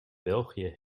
belgië